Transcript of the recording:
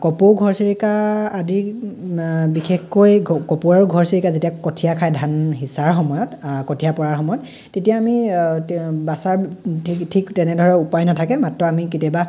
কপৌ ঘৰচিৰিকা আদি বিশেষকৈ কপৌ আৰু ঘৰচিৰিকা যেতিয়া কঠিয়া খাই ধান সিঁচাৰ সময়ত কঠিয়া পৰা সময়ত তেতিয়া আমি বচাৰ ঠিক ঠিক তেনে ধৰণৰ উপায় নাথাকে মাত্ৰ আমি কেতিয়াবা